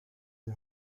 die